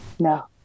No